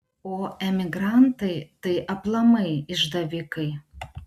o emigrantai tai aplamai išdavikai